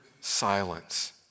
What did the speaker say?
silence